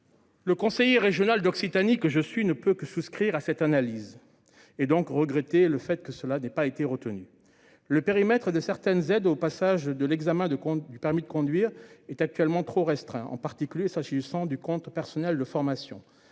Le conseiller régional d'Occitanie que je suis ne peut que souscrire à une telle analyse et, par conséquent, regretter que la disposition n'ait pas été retenue. Le périmètre de certaines aides au passage de l'examen de conduite du permis de conduire est actuellement trop restreint, en particulier s'agissant du compte personnel de formation,